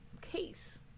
case